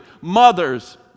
mothers